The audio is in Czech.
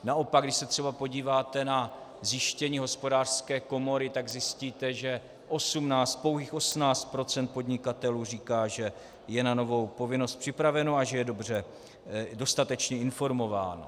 Naopak když se třeba podíváte na zjištění Hospodářské komory, tak zjistíte, že osmnáct, pouhých osmnáct procent podnikatelů říká, že je na novou povinnost připraveno a že je dostatečně informováno.